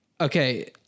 Okay